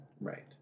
Right